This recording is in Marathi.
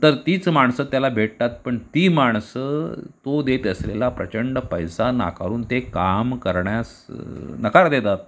तर तीच माणसं त्याला भेटतात पण ती माणसं तो देत असलेला प्रचंड पैसा नाकारून ते काम करण्यास नकार देतात